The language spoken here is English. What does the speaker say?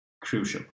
crucial